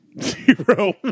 Zero